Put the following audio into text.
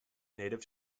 native